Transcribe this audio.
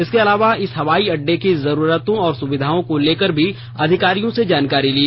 इसके अलावा इस हवाई अड्डे की जरूरतों और सुर्विधाओं को लेकर भी अधिकारियों से जानकारी ली